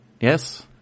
Yes